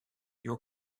your